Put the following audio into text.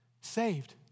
saved